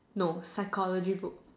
know psychology book